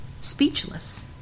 speechless